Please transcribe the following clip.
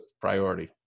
priority